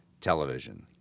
Television